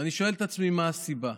ואני שואל את עצמי מה הסיבה.